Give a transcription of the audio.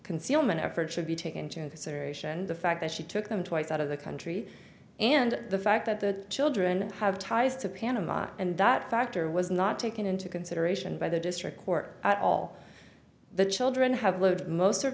concealment effort should be taken into consideration the fact that she took them twice out of the country and the fact that the children have ties to panama and that factor was not taken into consideration by the district court at all the children have lived most of